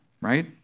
right